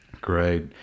Great